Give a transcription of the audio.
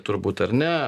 turbūt ar ne